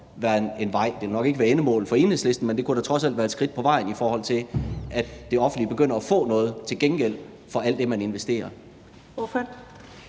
Det vil nok ikke være endemålet for Enhedslisten, men det kunne da trods alt være et skridt på vejen, i forhold til at det offentlige begynder at få noget til gengæld for alt det, man investerer.